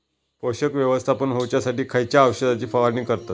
पोषक व्यवस्थापन होऊच्यासाठी खयच्या औषधाची फवारणी करतत?